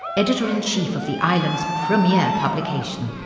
editor in chief of the island's premier publication,